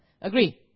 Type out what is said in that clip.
Agree